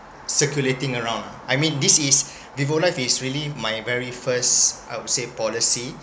circulating around I mean this is vivo life is really my very first I would say policy